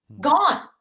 Gone